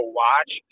watch